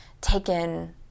taken